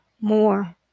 more